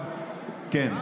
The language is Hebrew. מאיר,